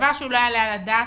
דבר שהוא לא יעלה על הדעת,